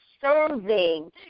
serving